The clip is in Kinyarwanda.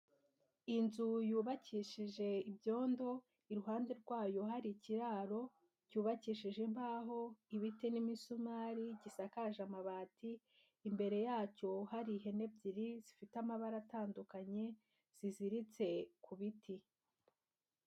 Inzu yubakishije ibyondo, iruhande rwayo hari ikiraro, cyubakishije imbaho, ibiti n'imisumari, gisakaje amabati, imbere yacyo hari ihene ebyiri, zifite amabara atandukanye ziziritse ku biti.